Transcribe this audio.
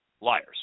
liars